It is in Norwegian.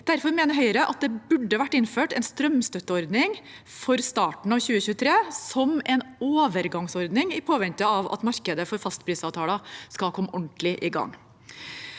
Derfor mener Høyre at det burde vært innført en strømstøtteordning for starten av 2023 som en overgangsordning i påvente av at markedet for fastprisavtaler skal komme ordentlig i gang.